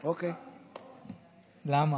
למה?